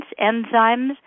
enzymes